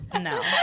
No